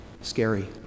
scary